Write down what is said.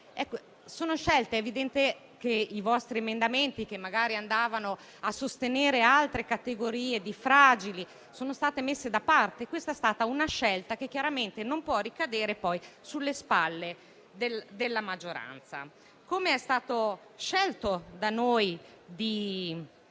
contro il femminicidio. I vostri emendamenti che magari andavano a sostenere altre categorie di fragili sono stati messi da parte. E questa è stata una scelta che chiaramente non può ricadere poi sulle spalle della maggioranza. Come è stato scelto da noi di